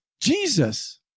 Jesus